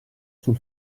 sul